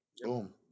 Boom